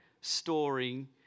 storing